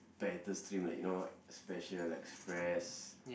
better stream like you know special express